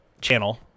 channel